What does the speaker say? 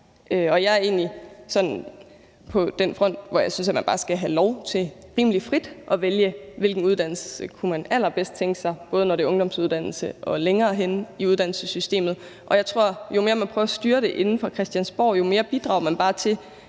hvor jeg synes, at man bare skal have lov til rimelig frit at vælge den uddannelse, man allerbedst kunne tænke sig, både når det gælder ungdomsuddannelse og længere henne i uddannelsessystemet. Jeg tror, at jo mere man prøver at styre det inde fra Christiansborg, jo mere bidrager man bare til